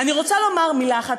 אני רוצה לומר מילה אחת.